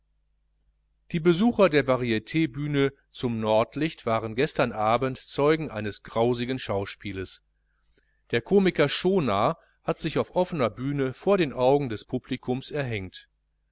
die besucher der varitbühne zum nordlicht waren gestern abend zeugen eines grausigen schauspiels der komiker schonaar hat sich auf offener bühne vor den augen des publikums erhängt